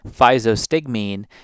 physostigmine